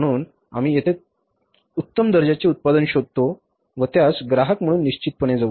म्हणून आम्ही येथे उत्तम दर्जाचे उत्पादन शोधतो व त्यास ग्राहक म्हणून निश्चितपणे जाऊ